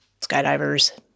skydivers